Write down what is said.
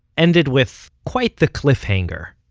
ended with quite the cliffhanger.